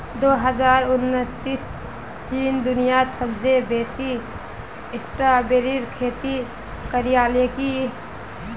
दो हजार उन्नीसत चीन दुनियात सबसे बेसी स्ट्रॉबेरीर खेती करयालकी